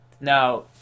now